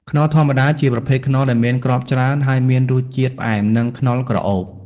ខ្នុរធម្មតា ជាប្រភេទខ្នុរដែលមានគ្រាប់ច្រើន ហើយមានរសជាតិផ្អែម និង ខ្នុរក្រអូប។